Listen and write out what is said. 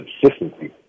consistency